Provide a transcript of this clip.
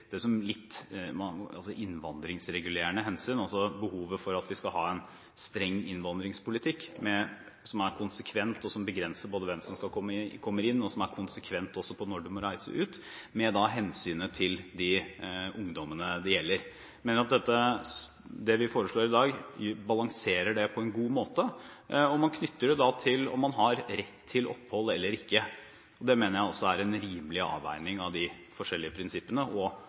bli en litt vel brå slutt på den opplæringen? Jeg mener at det forslaget som regjeringen legger frem nå, og som Stortinget slutter seg til, ivaretar hensynet til de internasjonale forpliktelsene som vi har. Jeg mener at det på en god måte balanserer innvandringsregulerende hensyn – altså behovet for at vi skal ha en streng innvandringspolitikk, som er konsekvent, og som begrenser hvem som skal komme inn, og som er konsekvent også når det gjelder når man skal reise ut – med hensynet til de ungdommene det gjelder. Det vi foreslår i dag, balanserer det på en god måte, og man knytter